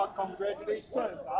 congratulations